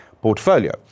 portfolio